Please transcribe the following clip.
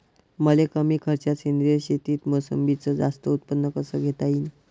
मले कमी खर्चात सेंद्रीय शेतीत मोसंबीचं जास्त उत्पन्न कस घेता येईन?